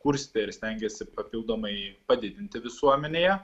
kurstė ir stengėsi papildomai padidinti visuomenėje